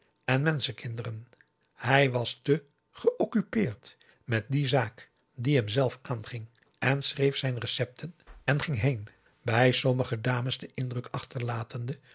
en menschenkinderen hij was te geoccupeerd met die zaak die hemzelf aanging en schreef zijn recepten en ging heen bij sommige dames den indruk achterlatende